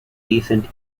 recent